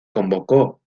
convocó